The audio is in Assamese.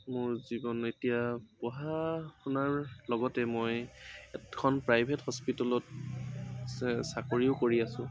মোৰ জীৱন এতিয়া পঢ়া শুনাৰ লগতে মই এখন প্ৰাইভেট হস্পিটেলত চ চাকৰিও কৰি আছো